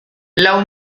lau